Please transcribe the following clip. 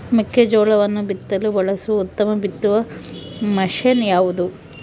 ಮೆಕ್ಕೆಜೋಳವನ್ನು ಬಿತ್ತಲು ಬಳಸುವ ಉತ್ತಮ ಬಿತ್ತುವ ಮಷೇನ್ ಯಾವುದು?